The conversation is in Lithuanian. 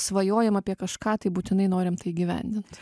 svajojam apie kažką tai būtinai norim tai įgyvendint